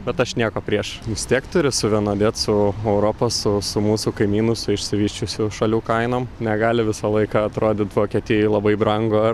bet aš nieko prieš vis tiek turi suvienodėt su europos su su mūsų kaimynų su išsivysčiusių šalių kainom negali visą laiką atrodyt vokietijoj labai brangu ar